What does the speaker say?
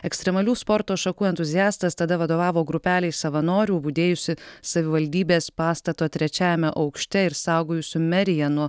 ekstremalių sporto šakų entuziastas tada vadovavo grupelei savanorių budėjusi savivaldybės pastato trečiajame aukšte ir saugojusių meriją nuo